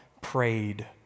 prayed